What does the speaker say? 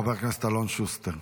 חבר הכנסת אלון שוסטר.